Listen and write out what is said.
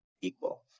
equal